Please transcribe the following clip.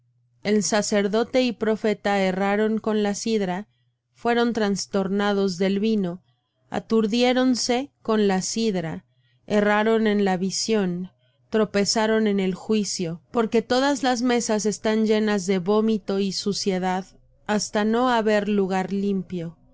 el sacerdote y el profeta erraron con la sidra fueron trastornados del vino aturdiéronse con la sidra erraron en la visión tropezaron en el juicio porque todas las mesas están llenas de vómito y suciedad hasta no haber lugar limpio